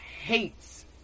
hates